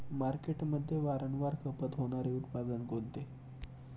मार्केटमध्ये वारंवार खपत होणारे उत्पादन कोणते?